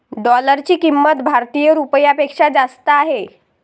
डॉलरची किंमत भारतीय रुपयापेक्षा जास्त आहे